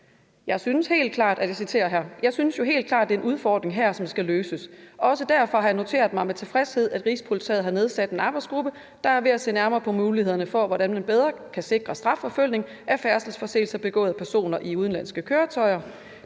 »Jeg synes jo helt klart, at der er en udfordring her, som skal løses. Det er også derfor, at jeg har noteret mig med tilfredshed, at Rigspolitiet har nedsat en arbejdsgruppe, der bl.a. er ved at se nærmere på mulighederne for, hvordan man bedre kan sikre strafforfølgning af færdselsforseelser begået af personer i udenlandske køretøjer.